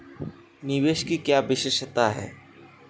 पौधे चरणबद्ध तरीके से कैसे बढ़ते हैं?